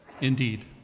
indeed